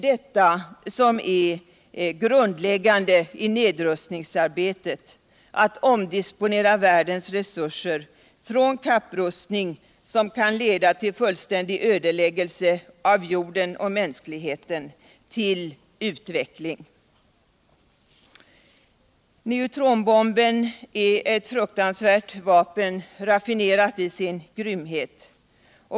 Det grundläggande i nedrustningsarbetet är således att omdisponera världens resurser från kapprustning, som kan leda till fullständig ödefäggelse av jorden och mänskligheten, ull utveckling. Neutronbomben är eu fruktansvärt vapen, raffinerat i sin grymhet.